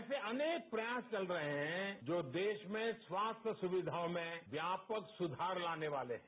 ऐसे अनेक प्रयास चल रहे हैं जो देश में स्वास्थ्य सुविघाओं में व्यापक सुधार लाने वाले हैं